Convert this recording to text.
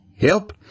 Help